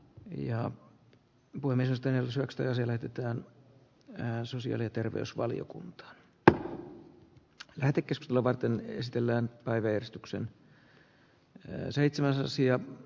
iho tuntui meistä soksta ja se lähetetään tänään sosiaali ja terveysvaliokunta otti heti tiskillä varten veistellään tai veistoksen ennen seitsemänsiä